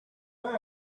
girl